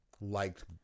liked